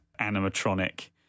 animatronic